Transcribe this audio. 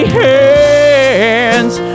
hands